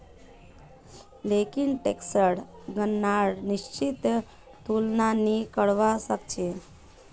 लेकिन टैक्सक गणनार निश्चित तुलना नी करवा सक छी